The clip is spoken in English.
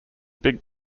big